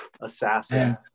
assassin